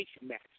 match